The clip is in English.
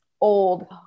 old